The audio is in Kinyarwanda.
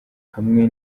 hamwe